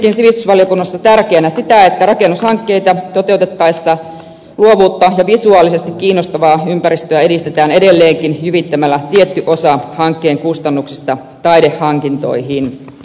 pidimmekin sivistysvaliokunnassa tärkeänä sitä että rakennushankkeita toteutettaessa luovuutta ja visuaalisesti kiinnostavaa ympäristöä edistetään edelleenkin jyvittämällä tietty osa hankkeen kustannuksista taidehankintoihin